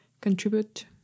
contribute